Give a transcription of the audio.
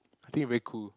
think you very cool